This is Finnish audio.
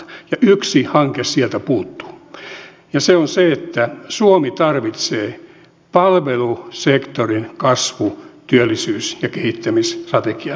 ja yksi hanke sieltä puuttuu ja se on se että suomi tarvitsee palvelusektorin kasvu työllisyys ja kehittämisstrategian mukaan lukien matkailun